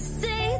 say